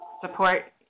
support